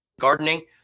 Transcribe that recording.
gardening